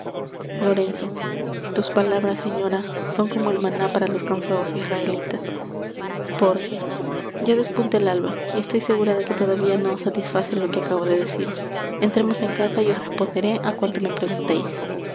lorenzo tus palabras señora son como el maná para los cansados israelitas pórcia ya despunta el alba y estoy segura de que todavía no os satisface lo que acabo de deciros entrémonos en casa y os responderé á cuanto me pregunteis